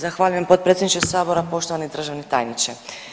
Zahvaljujem potpredsjedniče Sabora, poštovani državni tajniče.